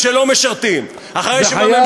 של שירות צבאי,